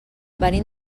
venim